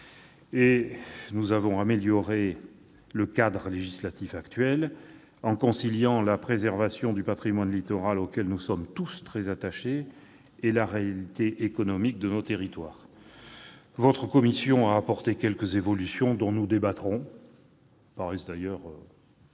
avons ainsi amélioré le cadre législatif actuel en conciliant la préservation du patrimoine littoral, auquel nous sommes tous très attachés, et la réalité économique de nos territoires. Votre commission a déjà apporté quelques évolutions, dont nous débattrons. C'est un sujet sur